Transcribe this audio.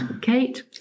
Kate